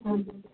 ਹਾਂਜੀ